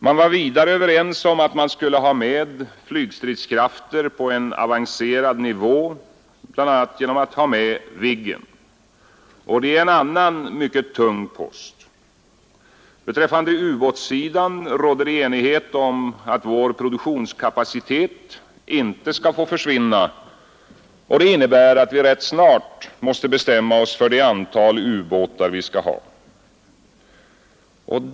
Man var vidare överens om att man skulle ha med flygstridskrafter på en avancerad nivå, bl.a. genom Viggen, och det är en mycket tung post. Beträffande ubåtssidan rådde det enighet om att vår produktionskapacitet inte skall få försvinna, och det innebär att vi rätt snart måste bestämma oss för det antal ubåtar vi skall ha.